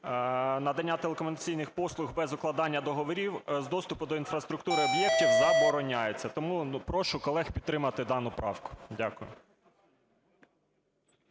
надання телекомунікаційних послуг без укладання договорів з доступу до інфраструктури об'єктів забороняється. Тому прошу колег підтримати дану правку. Дякую.